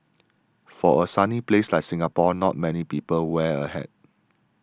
for a sunny place like Singapore not many people wear a hat